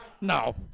no